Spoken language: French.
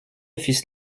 fils